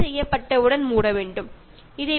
pipe തുറന്നിട്ട് കഴുക്കേണ്ടതില്ല